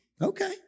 Okay